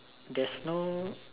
there's no